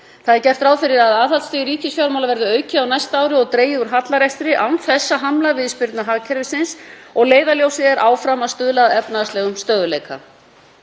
Gert er ráð fyrir að aðhaldsstig ríkisfjármála verði aukið á næsta ári og dregið úr hallarekstri án þess að hamla viðspyrnu hagkerfisins og leiðarljósið er áfram að stuðla að efnahagslegum stöðugleika.